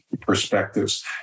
perspectives